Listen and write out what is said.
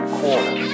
corner